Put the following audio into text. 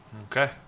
Okay